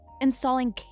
installing